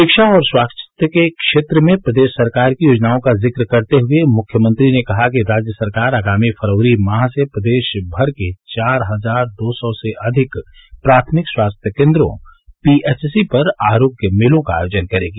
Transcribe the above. शिक्षा और स्वास्थ्य के क्षेत्र में प्रदेश सरकार की योजनाओं का जिक्र करते हुए मुख्यमंत्री ने कहा कि राज्य सरकार आगामी फरवरी माह से प्रदेश भर के चार हजार दो सौ से अधिक प्राथमिक स्वास्थ्य केंद्रो पी एच सी पर आरोग्य मेलों का आयोजन करेगी